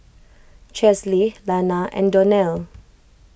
Chesley Lana and Donell